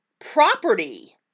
property